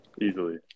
Easily